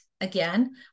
again